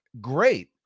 great